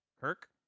Kirk